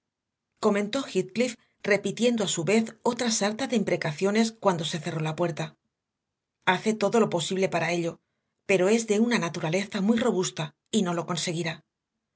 comentó heathcliff repitiendo a su vez otra sarta de imprecaciones cuando se cerró la puerta hace todo lo posible para ello pero es de una naturaleza muy robusta y no lo conseguirá